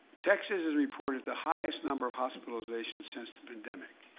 texas has reported the highest number of hospitalization since the pandemic.